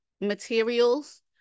materials